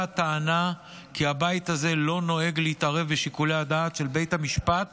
הטענה כי הבית הזה לא נוהג להתערב בשיקול הדעת של בית המשפט